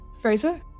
Fraser